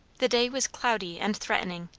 the day was cloudy and threatening,